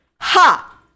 Ha